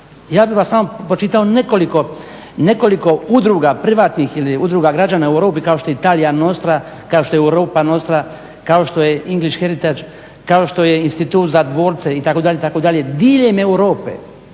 Ja bih vam samo pročitao nekoliko udruga privatnih ili udruga građana u Europi kao što je Italija nostra, kao što je Europa nostra, kao što je English Heritage kao što je institut za dvorce itd., itd. diljem Europe